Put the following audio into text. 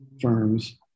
firms